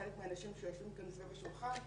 חלק מהאנשים שיושבים כאן סביב השולחן,